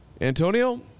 Antonio